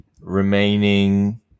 remaining